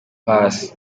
paccy